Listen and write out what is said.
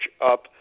up